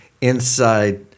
inside